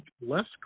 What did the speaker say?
less